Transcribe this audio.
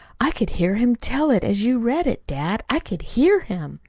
i could hear him tell it as you read it, dad. i could hear him.